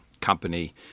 company